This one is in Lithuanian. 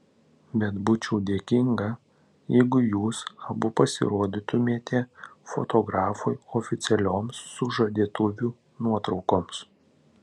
bet būčiau dėkinga jeigu jūs abu pasirodytumėte fotografui oficialioms sužadėtuvių nuotraukoms